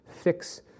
fix